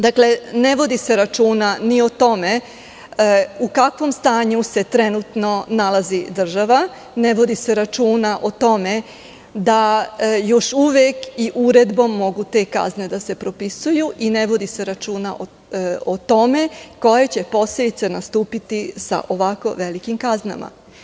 Dakle, ne vodi se računa ni o tome u kakvom stanju se trenutno nalazi država, ne vodi se računa o tome da još uvek i uredbom mogu te kazne da se propisuju i ne vodi se računa o tome koja će posledica nastupiti sa ovako velikim kaznama.